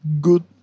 good